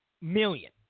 million